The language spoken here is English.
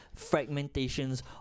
Fragmentations